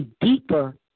deeper